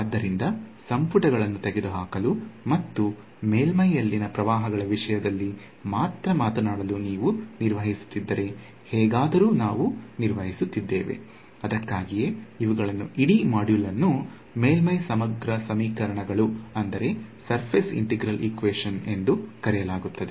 ಆದ್ದರಿಂದ ಸಂಪುಟಗಳನ್ನು ತೆಗೆದುಹಾಕಲು ಮತ್ತು ಮೇಲ್ಮೈಯಲ್ಲಿನ ಪ್ರವಾಹಗಳ ವಿಷಯದಲ್ಲಿ ಮಾತ್ರ ಮಾತನಾಡಲು ನೀವು ನಿರ್ವಹಿಸುತ್ತಿದ್ದರೆ ಹೇಗಾದರೂ ನಾವು ನಿರ್ವಹಿಸುತ್ತಿದ್ದೇವೆ ಅದಕ್ಕಾಗಿಯೇ ಇವುಗಳನ್ನು ಇಡೀ ಮಾಡ್ಯೂಲ್ ಅನ್ನು ಮೇಲ್ಮೈ ಸಮಗ್ರ ಸಮೀಕರಣಗಳು ಎಂದು ಕರೆಯಲಾಗುತ್ತದೆ